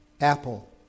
Apple